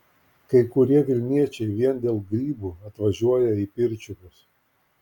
kai kurie vilniečiai vien dėl grybų atvažiuoja į pirčiupius